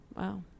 Wow